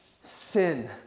sin